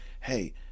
Hey